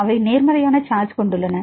அவை நேர்மறையான சார்ஜ் கொண்டுள்ளன